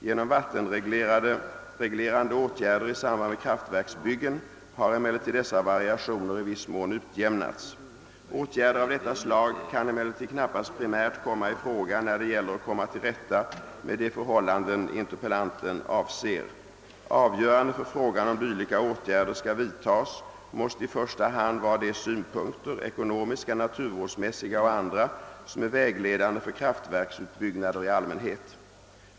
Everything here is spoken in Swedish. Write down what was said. Genom vattenreglerande åtgärder i samband med kraftverksbyggen har emellertid dessa variationer i viss mån utjämnats. Åtgärder av detta slag kan emellertid knappast primärt komma i fråga när det gäller att komma till rätta med de förhållanden interpellanten avser. Avgörande för frå gan om dylika åtgärder skall vidtas måste i första hand vara de synpunkter — ekonomiska, naturvårdsmässiga och andra — som är vägledande för kraftverksutbyggnader i allmänhet.